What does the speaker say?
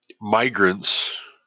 migrants